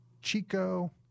Chico